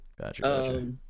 Gotcha